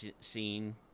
scene